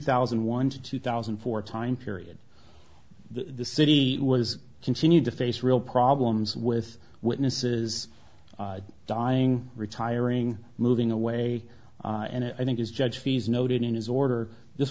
thousand and one to two thousand and four time period the city was continued to face real problems with witnesses dying retiring moving away and i think is judge fees noted in his order this